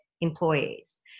employees